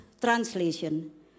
translation